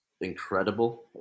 incredible